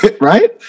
Right